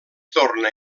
torna